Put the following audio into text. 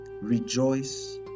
rejoice